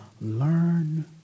learn